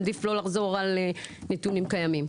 עדיף לא לחזור על נתונים קיימים.